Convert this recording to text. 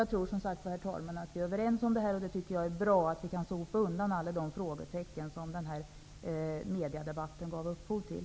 Jag tror att vi är överens om detta, vilket jag tycker är bra, så att vi kan sopa undan alla de frågetecken som mediedebatten gav upphov till.